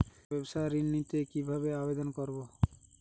ব্যাবসা ঋণ নিতে কিভাবে আবেদন করব?